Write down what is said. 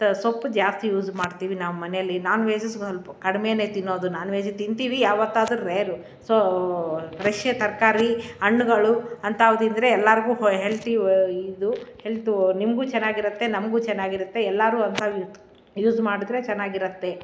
ತ ಸೊಪ್ಪು ಜಾಸ್ತಿ ಯೂಸ್ ಮಾಡ್ತೀವಿ ನಾವು ಮನೆಯಲ್ಲಿ ನಾನ್ವೇಜು ಸ್ವಲ್ಪ ಕಡಿಮೆನೆ ತಿನ್ನೋದು ನಾನ್ವೇಜ್ ತಿಂತೀವಿ ಯಾವತ್ತಾದರೂ ರೇರು ಸೊ ಫ್ರೆಶೆ ತರಕಾರಿ ಹಣ್ಣುಗಳು ಅಂಥಾವು ತಿಂದರೆ ಎಲ್ಲಾರಿಗೂ ಹೊ ಹೆಲ್ತಿ ಇದು ಹೆಲ್ತು ನಿಮಗೂ ಚೆನ್ನಾಗಿರುತ್ತೆ ನಮಗೂ ಚೆನ್ನಾಗಿರುತ್ತೆ ಎಲ್ಲರೂ ಅಂಥವು ಯೂಸ್ ಮಾಡಿದ್ರೆ ಚೆನ್ನಾಗಿರತ್ತೆ